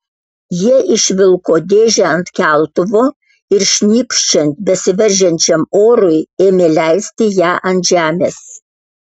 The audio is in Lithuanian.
jie išvilko dėžę ant keltuvo ir šnypščiant besiveržiančiam orui ėmė leisti ją ant žemės